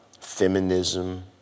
feminism